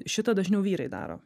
šitą dažniau vyrai daro